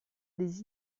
les